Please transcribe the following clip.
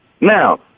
Now